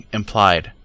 implied